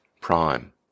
Prime